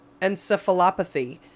encephalopathy